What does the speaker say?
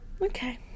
Okay